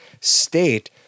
state